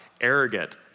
arrogant